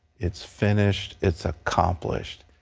it's finished. it's accomplished.